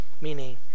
meaning